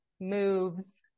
moves